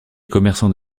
commerçants